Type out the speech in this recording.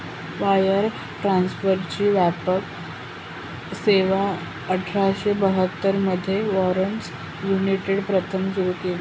wire ट्रान्सफरची व्यापक सेवाआठराशे बहात्तर मध्ये वेस्टर्न युनियनने प्रथम सुरू केली